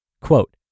Quote